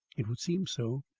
it would seem so,